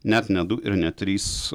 net ne du ir net tris